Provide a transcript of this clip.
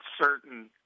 certain